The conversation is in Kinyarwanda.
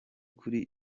kuri